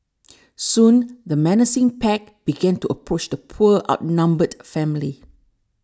soon the menacing pack began to approach the poor outnumbered family